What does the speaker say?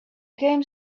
came